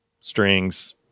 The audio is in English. strings